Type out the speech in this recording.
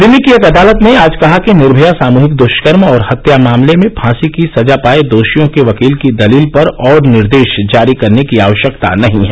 दिल्ली की एक अदालत ने आज कहा कि निर्भया सामूहिक दृष्कर्म और हत्या मामले में फांसी की सजा पाए दोषियों के वकील की दलील पर और निर्देश जारी करने की आवश्यकता नहीं है